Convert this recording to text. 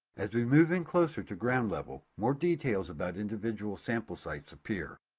as we move in closer to ground level more details about individual sample sites appear.